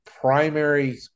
primary